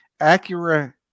Acura